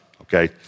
okay